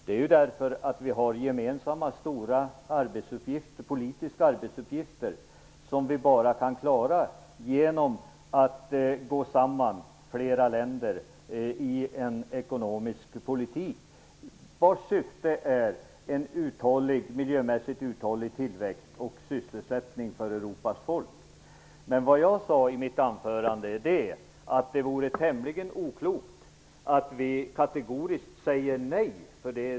Det är därför att vi har gemensamma stora politiska arbetsuppgifter som vi bara kan klara genom att gå samman flera länder i en ekonomisk politik vars syfte är en miljömässigt uthållig tillväxt och sysselsättning för Europas folk. Vad jag sade i mitt anförande är att det vore tämligen oklokt att vi kategoriskt säger nej.